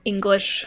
English